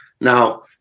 Now